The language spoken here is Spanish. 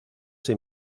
sin